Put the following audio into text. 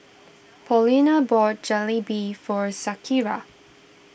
Paulina bought Jalebi for Shakira